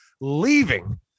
leaving